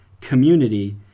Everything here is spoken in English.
community